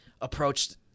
Approached